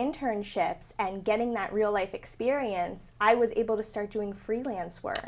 internships and getting that real life experience i was able to search doing freelance work